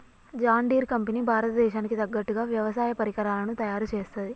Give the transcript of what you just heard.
John Deere company Bharat దేశానికి తగ్గట్టుగా వ్యవసాయ పరికరాలను తయారుచేస్తది